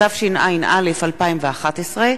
התשע"ב 2012,